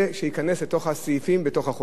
שהוא דרמטי מאוד בחוק הזה,